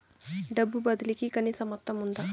డబ్బు బదిలీ కి కనీస మొత్తం ఉందా?